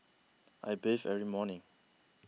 I bathe every morning